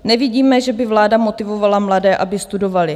Nevidíme, že by vláda motivovala mladé, aby studovali.